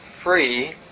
free